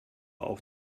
auch